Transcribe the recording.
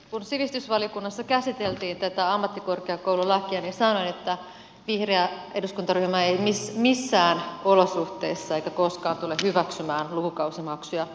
kun sivistysvaliokunnassa käsiteltiin tätä ammattikorkeakoululakia niin sanoin että vihreä eduskuntaryhmä ei missään olosuhteissa eikä koskaan tule hyväksymään lukukausimaksuja opiskelijoille